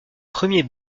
premier